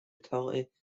utility